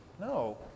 No